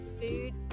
food